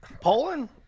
Poland